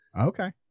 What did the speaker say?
Okay